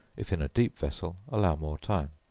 if in a deep vessel, allow more time.